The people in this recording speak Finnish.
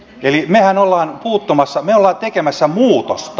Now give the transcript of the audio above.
eli mehän olemme tekemässä muutosta